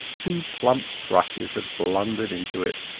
two plump thrushes had blundered into it.